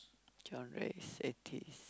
genres eighties